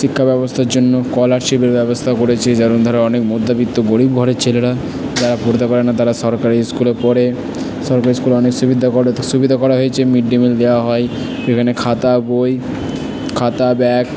শিক্ষাব্যবস্থার জন্য কলারশিপের ব্যবস্থা করেছে যেমন ধরো অনেক মধ্যবিত্ত গরিব ঘরের ছেলেরা যারা পড়তে পারে না তারা সরকারি স্কুলে পড়ে সরকারি স্কুলে অনেক সুবিধা সুবিধা করা হয়েছে মিড ডে মিল দেওয়া হয় এখানে খাতা বই খাতা ব্যাগ